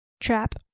trap